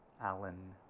Alan